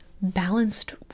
balanced